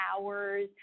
hours